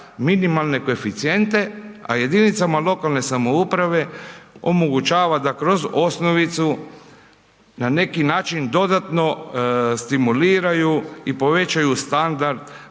minimalne koeficijente a jedinicama lokalne samouprave omogućava da kroz osnovicu na neki način dodatno stimuliraju i povećaju standard